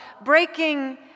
Breaking